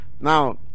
Now